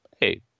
Hey